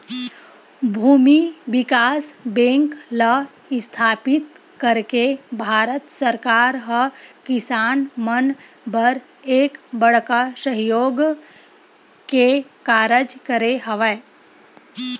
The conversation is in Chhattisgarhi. भूमि बिकास बेंक ल इस्थापित करके भारत सरकार ह किसान मन बर एक बड़का सहयोग के कारज करे हवय